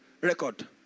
record